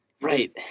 Right